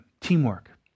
teamwork